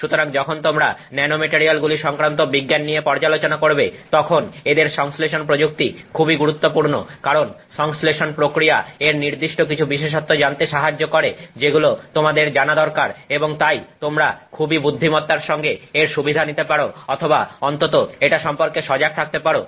সুতরাং যখন তোমরা ন্যানোমেটারিয়ালগুলি সংক্রান্ত বিজ্ঞান নিয়ে পর্যালোচনা করবে তখন এদের সংশ্লেষণ প্রযুক্তি খুবই গুরুত্বপূর্ণ কারণ সংশ্লেষণ প্রক্রিয়া এর নির্দিষ্ট কিছু বিশেষত্ব জানতে সাহায্য করে যেগুলো তোমাদের জানা দরকার এবং তাই তোমরা খুবই বুদ্ধিমত্তার সঙ্গে এর সুবিধা নিতে পারো অথবা অন্তত এটা সম্পর্কে সজাগ থাকতে পারো